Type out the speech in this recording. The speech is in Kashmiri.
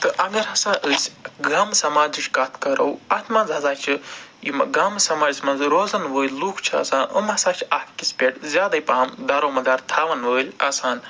تہٕ اگر ہَسا أسۍ گامہٕ سَماجٕچ کَتھ کرو اَتھ مَنٛز ہَسا چھِ یِم گامہٕ سماجَس مَنٛز روزَن وٲلۍ لُکھ چھِ آسان یِم ہَسا چھِ اکھ أکِس پٮ۪ٹھ زیادَے پَہَم دارومدار تھاوَن وٲلۍ آسان